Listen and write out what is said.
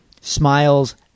Smiles